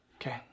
Okay